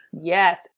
Yes